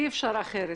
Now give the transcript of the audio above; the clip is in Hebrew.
אי אפשר אחרת.